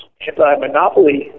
anti-monopoly